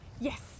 yes